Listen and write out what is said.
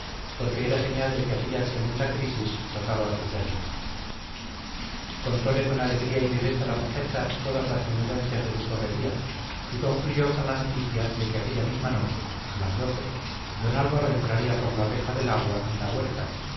porque era señal de que aquella tremenda crisis tocaba a su término contóle con alegría y viveza la muchacha todas las menudencias de su correría y concluyó con la noticia de que aquella misma noche a las doce don álvaro entraría por la reja del agua en la huerta